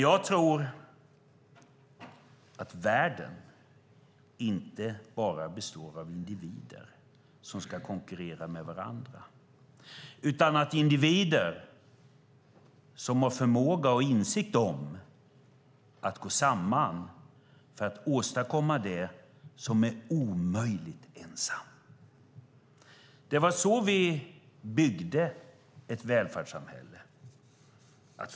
Jag tror att världen inte bara består av individer som ska konkurrera med varandra, utan att individer som har förmåga och insikt om att gå samman gör det för att åstadkomma sådant som är omöjligt att göra ensam. Det var så vi byggde ett välfärdssamhälle.